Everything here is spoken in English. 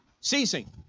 ceasing